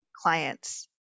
clients